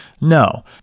No